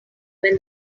when